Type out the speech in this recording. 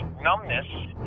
numbness